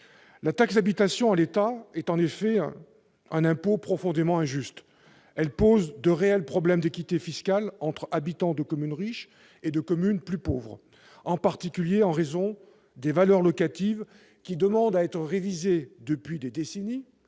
La taxe d'habitation, en l'état, est un impôt profondément injuste. Elle pose de réels problèmes d'équité fiscale entre les habitants des communes riches et ceux des communes plus pauvres, en particulier en raison des valeurs locatives qui demandent à être révisées depuis des décennies,